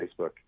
Facebook